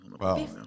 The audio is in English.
Wow